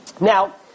Now